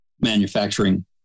manufacturing